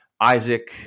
isaac